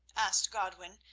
asked godwin,